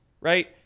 right